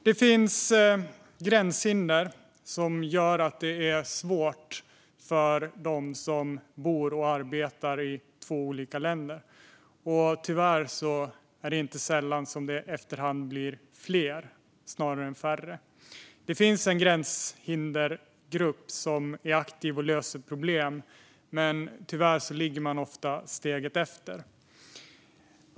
Det finns gränshinder som gör det svårt för dem som bor och arbetar i två olika länder, och tyvärr blir det inte sällan fler hinder efter hand snarare än färre. Det finns en gränshindergrupp som är aktiv och löser problem, men tyvärr ligger man ofta steget efter.